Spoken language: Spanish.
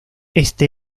este